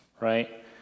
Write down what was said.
right